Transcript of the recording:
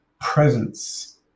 presence